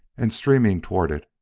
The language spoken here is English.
and, streaming toward it,